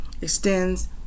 extends